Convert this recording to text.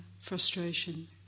frustration